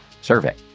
survey